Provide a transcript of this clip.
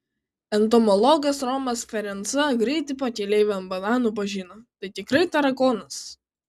entomologas romas ferenca greitai pakeleivį ant bananų pažino tai tikrai tarakonas